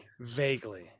vaguely